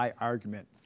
argument